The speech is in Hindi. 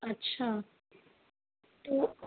अच्छा तो